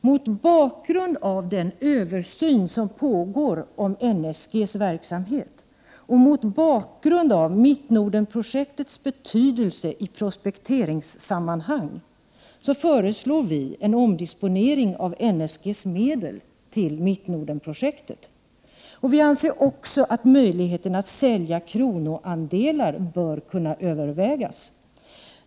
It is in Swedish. Mot bakgrund av den översyn som pågår om NSG:s verksamhet och mot bakgrund av Mittnordenprojektets betydelse i prospekteringssammanhang föreslår vi en omdisponering av NSG:s medel till fördel för Mittnordenprojektet. Vi anser också att möjligheten att sälja kronoandelar bör kunna övervägas.